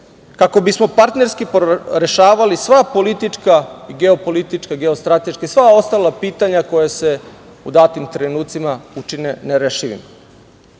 kako bismo partnerski rešavali sva politička i geopolitička, geostrateška i sva ostala pitanja koja se u datim trenucima učine nerešivim.U